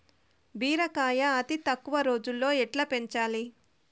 బీరకాయ అతి తక్కువ రోజుల్లో ఎట్లా పెంచాలి?